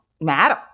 matter